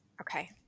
Okay